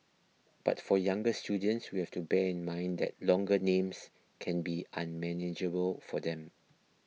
but for younger students we have to bear in mind that longer names can be unmanageable for them